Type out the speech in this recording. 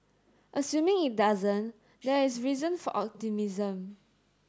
assuming it doesn't there is reason for optimism